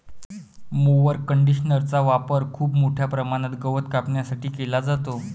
mower कंडिशनरचा वापर खूप मोठ्या प्रमाणात गवत कापण्यासाठी केला जातो